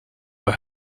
will